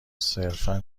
صرفا